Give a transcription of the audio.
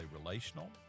relational